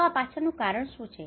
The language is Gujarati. તો આ પાછળનું કારણ શું છે